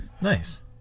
Nice